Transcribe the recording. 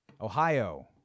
Ohio